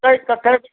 कई क कई